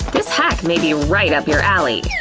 this hack may be right up your alley.